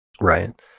Right